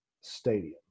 Stadium